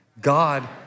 God